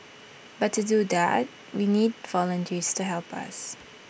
but to do that we need volunteers to help us